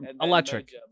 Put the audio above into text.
electric